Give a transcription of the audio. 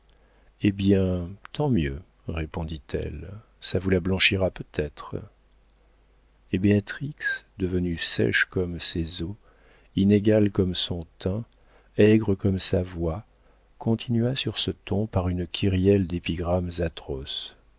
eh bien tant mieux répondit-elle ça vous la blanchira peut-être et béatrix devenue sèche comme ses os inégale comme son teint aigre comme sa voix continua sur ce ton par une kyrielle d'épigrammes atroces